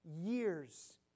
years